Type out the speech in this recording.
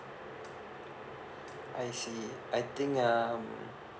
I see I think um